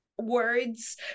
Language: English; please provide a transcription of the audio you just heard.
words